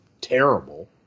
terrible